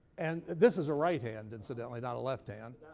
and this is a right hand, incidentally, not a left hand.